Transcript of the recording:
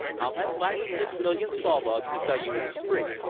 i'll have five or six million saw logs to sell you in the spring,